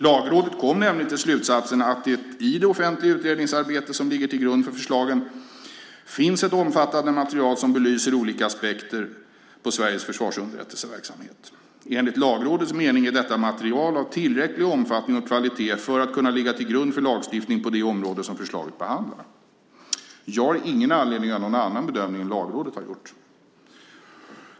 Lagrådet kom till slutsatsen att det i det offentliga utredningsarbete som ligger till grund för förslagen finns ett omfattande material som belyser olika aspekter av Sveriges försvarsunderrättelseverksamhet. Enligt Lagrådets mening är detta material av tillräcklig omfattning och kvalitet för att kunna ligga till grund för lagstiftning på det område som förslaget behandlar. Jag har ingen anledning att göra någon annan bedömning än Lagrådet har gjort.